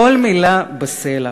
כל מילה בסלע.